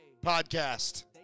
podcast